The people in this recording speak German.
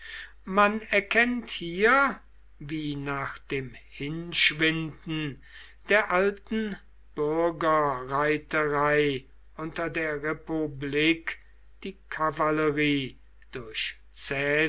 man erkennt hier wie nach dem hinschwinden der alten bürgerreiterei unter der republik die kavallerie